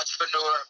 entrepreneur